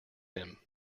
him